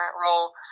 role